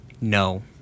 No